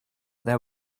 there